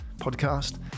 podcast